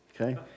okay